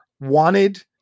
wanted